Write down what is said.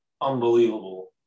unbelievable